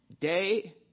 Day